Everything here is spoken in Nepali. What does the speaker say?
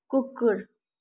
कुकुर